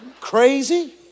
Crazy